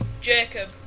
Jacob